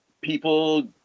people